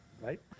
right